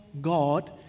God